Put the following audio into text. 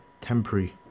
temporary